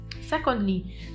secondly